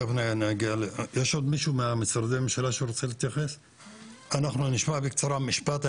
אנחנו נשמע בקצרה משפט.